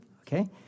okay